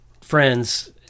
friends